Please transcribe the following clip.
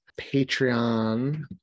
Patreon